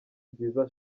byiza